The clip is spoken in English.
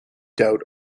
doubt